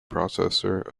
processor